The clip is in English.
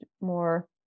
more